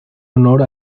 honor